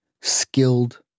skilled